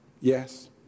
Yes